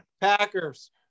Packers